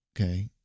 Okay